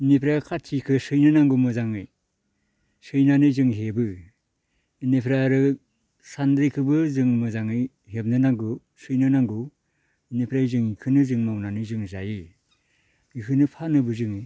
इनिफ्राय खाथिखो सैनो नांगौ मोजाङै सैनानै जों हेबो इनिफ्राय आरो सान्द्रिखोबो जों मोजाङै हेबनो नांगौ सैनो नांगौ इनिफ्राय जों इखोनो जों मावनानै जोङो जायो इखोनो फानोबो जोङो